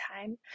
time